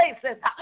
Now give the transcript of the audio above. places